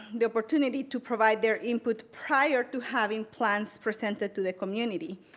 the opportunity to provide their input prior to having plans presented to the community.